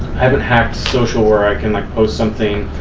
i haven't hacked social where i can like post something,